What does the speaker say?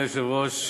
אני,